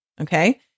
Okay